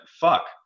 fuck